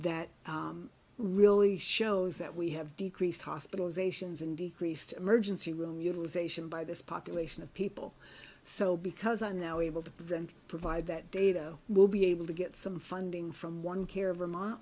that really shows that we have decreased hospitalizations and decreased emergency room utilization by this population of people so because i'm now able to provide that data we'll be able to get some funding from one care vermont